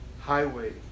Highway